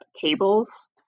cables